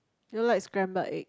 do you like scrambled egg